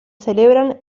celebran